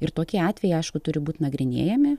ir tokie atvejai aišku turi būt nagrinėjami